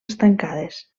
estancades